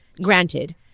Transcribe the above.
Granted